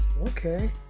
Okay